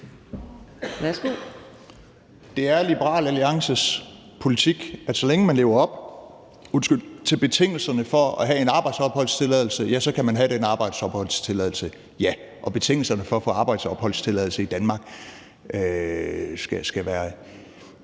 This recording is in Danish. Det er Liberal Alliances politik, at så længe man lever op til betingelserne for at have en arbejdsopholdstilladelse, kan man have den arbejdsopholdstilladelse – ja – og det skal være lettere at få en arbejdsopholdstilladelse i Danmark. Kl.